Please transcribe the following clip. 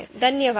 धन्यवाद